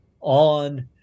on